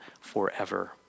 forever